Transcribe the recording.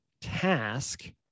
task